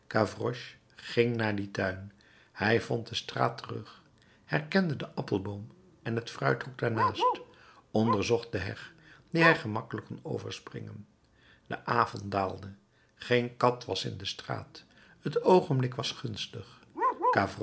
ging naar dien tuin hij vond de straat terug herkende den appelboom en het fruithok daarnaast onderzocht de heg die hij gemakkelijk kon overspringen de avond daalde geen kat was in de straat t oogenblik was gunstig